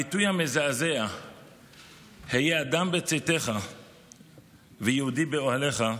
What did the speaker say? הביטוי המזעזע "היה אדם בצאתך ויהודי באוהלך"